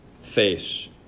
face